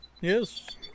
Yes